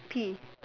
P